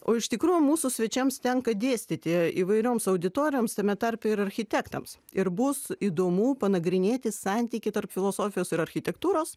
o iš tikrųjų mūsų svečiams tenka dėstyti įvairioms auditorijoms tame tarpe ir architektams ir bus įdomu panagrinėti santykį tarp filosofijos ir architektūros